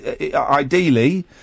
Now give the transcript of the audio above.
ideally